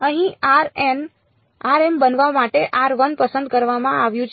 અહીં બનવા માટે પસંદ કરવામાં આવ્યું છે